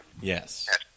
Yes